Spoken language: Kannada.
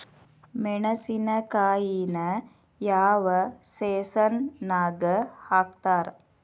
ಮೆಣಸಿನಕಾಯಿನ ಯಾವ ಸೇಸನ್ ನಾಗ್ ಹಾಕ್ತಾರ?